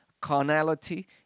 carnality